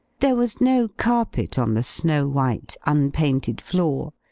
there was no carpet on the snow-white, unpainted floor,